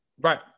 right